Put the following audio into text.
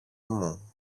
μου